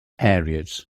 areas